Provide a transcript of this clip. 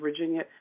Virginia